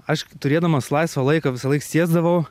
aš turėdamas laisvo laiko visąlaik sėsdavau